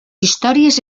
històries